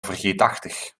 vergeetachtig